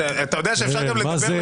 אתה יודע שאפשר גם לדבר לגופו של חוק.